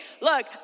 look